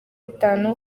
itanu